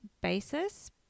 basis